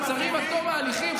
מעצרים עד תום ההליכים.